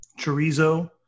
chorizo